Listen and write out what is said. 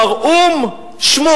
הוא אמר: או"ם שמום,